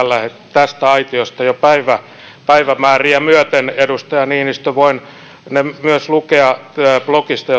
tästä aitiosta jo päivämääriä myöten edustaja niinistö voin ne myös lukea teille blogista